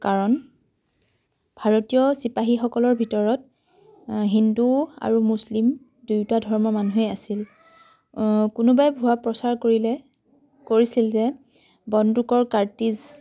কাৰণ ভাৰতীয় চিপাহীসকলৰ ভিতৰত হিন্দু আৰু মুছলিম দুয়োটা ধৰ্মৰ মানুহেই আছিল কোনোবাই ভুৱা প্ৰচাৰ কৰিলে কৰিছিল যে বন্দুকৰ কাৰ্টিজ